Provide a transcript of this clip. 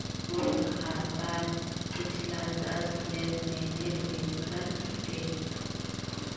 मोर खातार पिछला दस लेनदेनेर विवरण दे